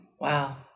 Wow